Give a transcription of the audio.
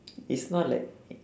it's not like